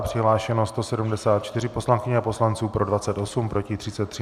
Přihlášeno 174 poslankyň a poslanců, pro 28, proti 33.